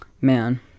man